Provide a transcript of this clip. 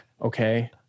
Okay